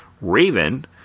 Raven